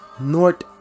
North